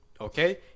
Okay